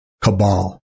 cabal